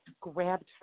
grabbed